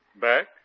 Back